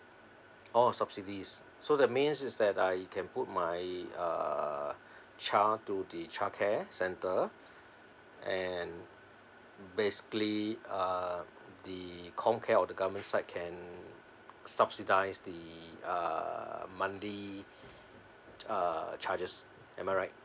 orh subsidies so the mains is that I can put my uh child to the childcare centre and basically uh the comcare of the government side can subsidize the uh monthly uh charges am I right